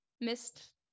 missed